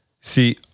See